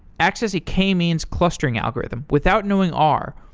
access a k-means clustering algorithm without knowing r,